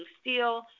Steel